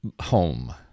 home